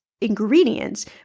ingredients